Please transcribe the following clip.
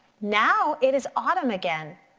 now it is autumn again.